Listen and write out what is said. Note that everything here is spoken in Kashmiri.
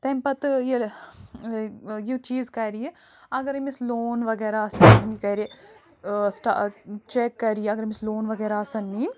تمہِ پتہٕ ییٚلہِ یہِ چیز کرِ یہِ اگر أمِس لون وغیرہ آسہِ یہِ کرِ سِٹا چیٚک کرِ اگر أمس لون وغیرہ آسن